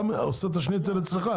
אתה עושה את השניצל אצלך.